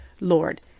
Lord